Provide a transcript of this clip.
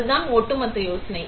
அதுதான் ஒட்டுமொத்த யோசனை